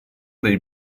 dei